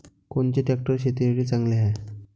कोनचे ट्रॅक्टर शेतीसाठी चांगले हाये?